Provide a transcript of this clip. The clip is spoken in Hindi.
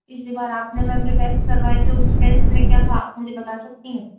पिछली बार आपने मैम जो टेस्ट करवाए थे उस टेस्ट में क्या था आप मुझे बता सकती हैं